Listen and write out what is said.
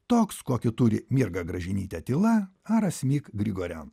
toks kokį turi mirga gražinytė tyla ar asmik grigorian